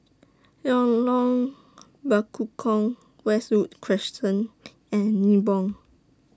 Lorong Bekukong Westwood Crescent and Nibong